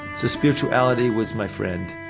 so spirituality was my friend.